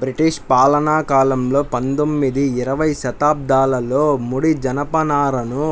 British పాలనాకాలంలో పందొమ్మిది, ఇరవై శతాబ్దాలలో ముడి జనపనారను